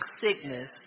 sickness